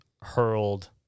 hurled